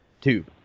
tube